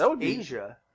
asia